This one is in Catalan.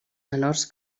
menors